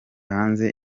hanze